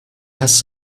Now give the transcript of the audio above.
has